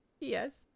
Yes